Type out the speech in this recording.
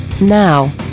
Now